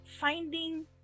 finding